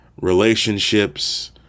relationships